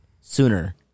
sooner